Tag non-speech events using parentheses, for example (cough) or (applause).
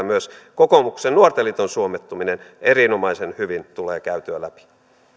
(unintelligible) myös kokoomuksen nuorten liiton suomettuminen erinomaisen hyvin tulee käytyä läpi